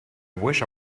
wish